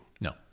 No